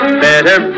better